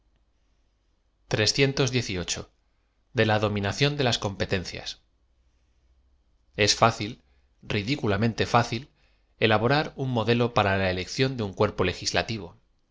de la dominación de la competencias es fácil ridiculamente fácil elaborar un modelo para la elección de un cuerpo legidlutiro